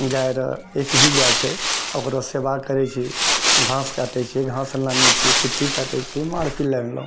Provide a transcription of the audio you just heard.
गाय रऽ एकहि गाय छै ओकरे सेवा करै छी घास काटै छी घास लानी छी कुट्टी काटै छी